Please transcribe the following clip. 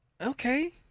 okay